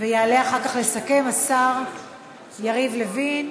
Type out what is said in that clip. יעלה אחר כך לסכם, השר יריב לוין.